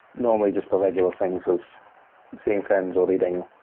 normally just the regular things of seeing friends or reading.